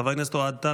חבר הכנסת אוהד טל,